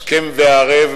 השכם והערב,